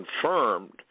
confirmed